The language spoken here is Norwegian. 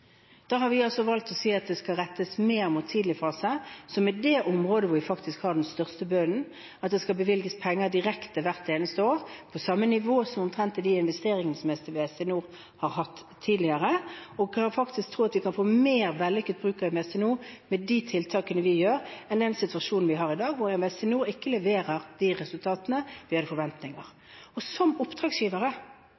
Da har vi altså valgt å si at det skal rettes mer mot tidlig fase, som er det området hvor vi faktisk har den største bunnen, og at det skal bevilges penger direkte hvert eneste år, omtrent på samme nivå som i de investeringene som Investinor har hatt tidligere. Vi tror faktisk at vi kan få mer vellykket bruk av Investinor med de tiltakene vi gjør, enn den situasjonen vi har i dag, hvor Investinor ikke leverer de resultatene vi hadde forventninger